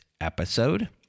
episode